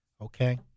okay